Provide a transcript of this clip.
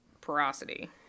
porosity